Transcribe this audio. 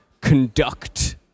conduct